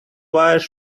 wires